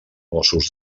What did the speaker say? mossos